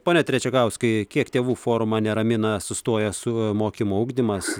pone trečekauskai kiek tėvų forumą neramina sustojęs su mokymu ugdymas